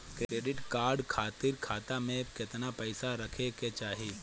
Credit card खातिर खाता में केतना पइसा रहे के चाही?